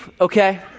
okay